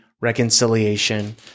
reconciliation